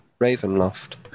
Ravenloft